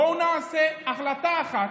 בואו נעשה החלטה אחת,